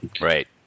Right